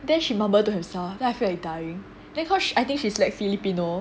then she murmur to herself then I feel like dying then cause I think she's like filipino